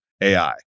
AI